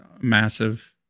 massive